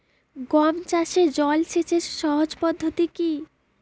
গম চাষে জল সেচের সহজ পদ্ধতি কি?